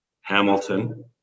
Hamilton